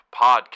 Podcast